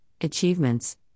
achievements